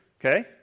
Okay